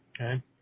Okay